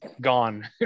gone